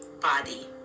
body